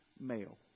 male